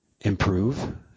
improve